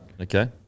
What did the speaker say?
Okay